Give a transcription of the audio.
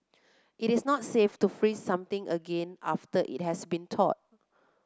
it is not safe to freeze something again after it has been